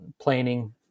planning